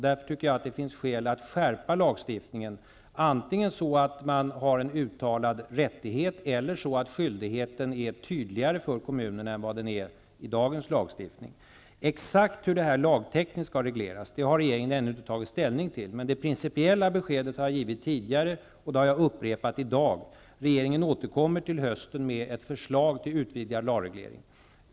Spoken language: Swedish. Därför tycker jag att det finns anledning att skärpa lagstiftningen, antingen så att man har en uttalad rättighet eller så att skyldigheten är tydligare för kommunerna än vad den är enligt dagens lagstiftning. Exakt hur det lagtekniska skall regleras har regeringen ännu inte tagit ställning till, men det principiella beskedet har jag givit tidigare, och jag har upprepat det i dag: Regeringen återkommer till hösten med ett förslag till utvidgad lagreglering.